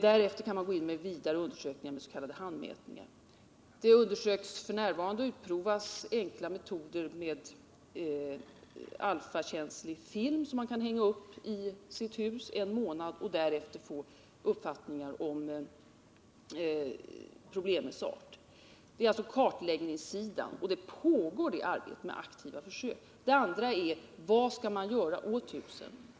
Därefter kan man gå in för vidare undersökningar med s.k. handmätningar. F. n. undersöks och utprovas enkla metoder med alfakänslig film, som man kan hänga upp i sitt hus under en månad, varefter man kan få en uppfattning om problemets art. Det är alltså kartläggningssidan, och på denna pågår aktiva försök. Den andra frågan gäller vad man skall göra åt huset.